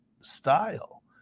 style